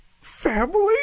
family